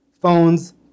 Phones